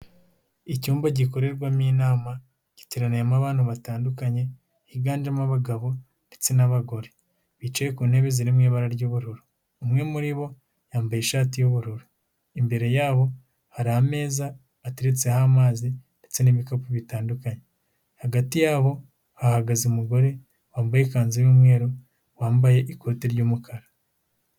Icyumba gikorerwamo inama giteraniyemo abantu batandukanye higanjemo abagabo ndetse n'abagore, bicaye ku ntebe zirimo ibara ry'ubururu. Umwe muri bo yambaye ishati y'ubururu. Imbere yabo hari ameza ateretseho amazi ndetse n'ibikapu bitandukanye. Hagati yabo hahagaze umugore wambaye ikanzu y'umweru wambaye ikote ry'umukara.